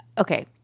Okay